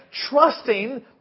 trusting